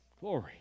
Glory